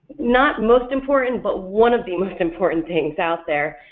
not most important, but one of the most important things out there,